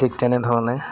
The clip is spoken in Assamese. ঠিক তেনেধৰণে